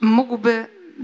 mógłby